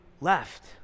left